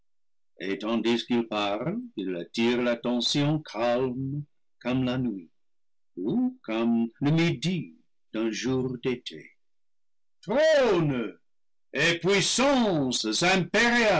et tandis qu'il parle il attire l'attention calme comme la nuit ou comme le midi d'un jour d'été trônes et